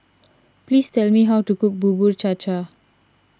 please tell me how to cook Bubur Cha Cha